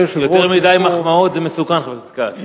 יותר מדי מחמאות זה מסוכן, חבר הכנסת כץ.